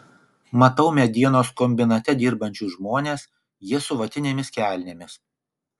matau medienos kombinate dirbančius žmones jie su vatinėmis kelnėmis